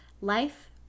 life